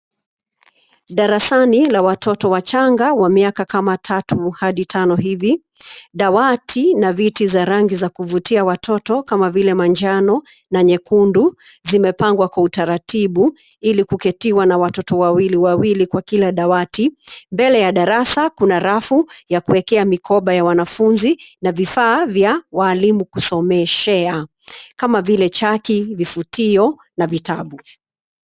Darasani la watoto wachanga wa miaka kama tatu hadi tano hivi, dawati na viti za rangi za kuvutia watoto kama vile manjano, na nyekundu, zimepangwa kwa utaratibu, ilikuketiwa na watoto wawili wawili kwa kila dawati, mbele ya darasa kuna rafu, ya kuwekea mikoba ya wanafunzi, na vifaa vya, walimu kusomeshea, kama vile chaki, vifutio, na vitabu.